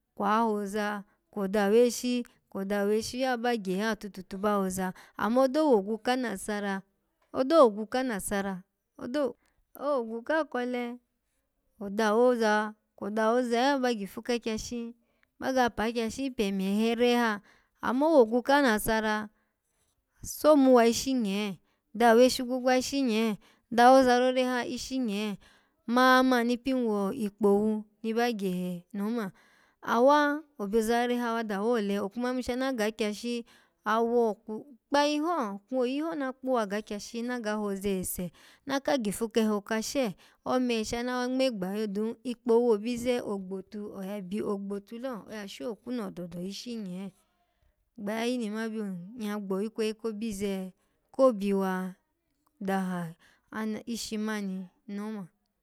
Kwa hoza, kwo daweshi, kwo daweshi lo, aba gyehe ha tututu, ba hoza amma odo wogwu kanasara odo wogwu kanasara. odo-owogwu a kole, kwo dawoza, kwo dawoza lo, aba gifu kakyashi baga pa kyashi pemye he re ha amma owogwu kanasara. so muwa ishi nye, daweshi gwogwa ishi nye, dawozarore ha ishi nye mamani pin wo ikpowu ni ba gyehe ni oma awa obyozarore ha wa dawa ole, okuma ya yimu shana gakyashi awo kpayiho kwoyi ho na kpuwa gakyashi naga hoza ese naka gifu keho kasha ome shana wa ngmegba lo, dun ikpowu wobize ogbotu oya byi, ogbotu lo oya shokumu ododo ishi nye. Gbayayi ni nmabyo nyya gbo ikweyi kobize ko byiwa daha ana-ishi mani noma.